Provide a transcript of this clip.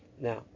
Now